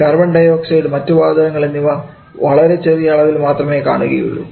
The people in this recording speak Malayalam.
കാർബൺ ഡൈഓക്സൈഡ് മറ്റുവാതകങ്ങൾ എന്നിവ വളരെ ചെറിയ അളവിൽ മാത്രമേ കാണുകയുള്ളൂ